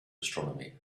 astronomy